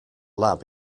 lab